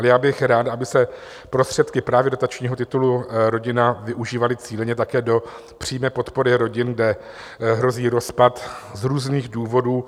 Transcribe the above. Ale já bych rád, aby se prostředky právě dotačního titulu Rodina využívaly cíleně také do přímé podpory rodin, kde hrozí rozpad z různých důvodů.